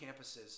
campuses